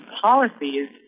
policies